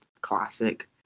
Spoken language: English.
classic